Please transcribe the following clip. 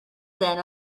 then